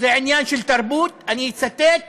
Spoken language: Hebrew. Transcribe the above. זה עניין של תרבות, אני אצטט